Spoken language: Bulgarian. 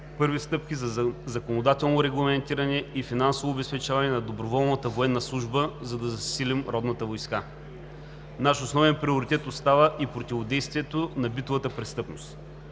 първи стъпки за законодателно регламентиране и финансово обезпечаване на доброволната военна служба, за да засилим родната войска. Наш основен приоритет остава и противодействието на битовата престъпност.